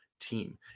team